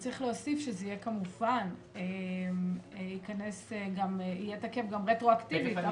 צריך להוסיף שזה כמובן יהיה תקף גם רטרואקטיבית.